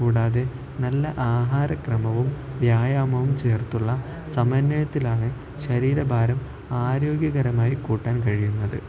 കൂടാതെ നല്ല ആഹാരക്രമവും വ്യായാമവും ചേർത്തുള്ള സമന്വയത്തിലാണ് ശരീരഭാരം ആരോഗ്യകരമായി കൂട്ടാൻ കഴിയുന്നത്